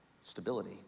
Stability